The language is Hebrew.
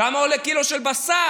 כמה עלה קילו של בשר?